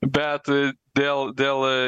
bet dėl dėl